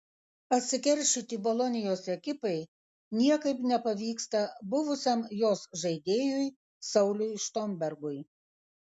atsikeršyti bolonijos ekipai niekaip nepavyksta buvusiam jos žaidėjui sauliui štombergui